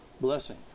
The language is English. blessing